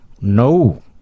No